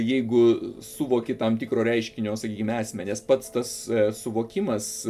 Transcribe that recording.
jeigu suvoki tam tikro reiškinio sakykim esmę nes pats tas suvokimas